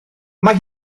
mae